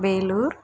Vellore